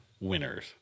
winners